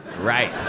Right